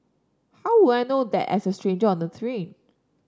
how would I know that as a stranger on the train